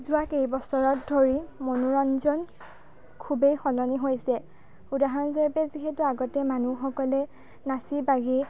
যোৱা কেইবছৰত ধৰি মনোৰঞ্জন খুবেই সলনি হৈছে উদাহৰণস্বৰূপে যিহেতু আগতে মানুহসকলে নাচি বাগি